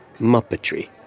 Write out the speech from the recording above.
muppetry